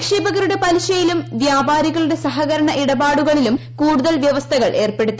നിക്ഷേപകരുടെ പലിശയിലും വ്യാപാരികളുടെ സഹകരണ ഇടപാടുകളിലും കൂടുതൽ വ്യവസ്ഥകൾ ഏർപ്പെടുത്തി